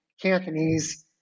Cantonese